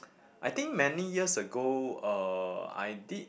I think many years ago uh I did